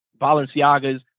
Balenciagas